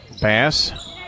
Pass